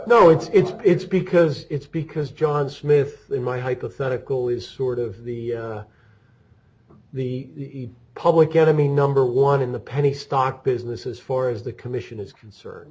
know it's it's it's because it's because john smith in my hypothetical is sort of the the public enemy number one in the penny stock business as far as the commission is concerned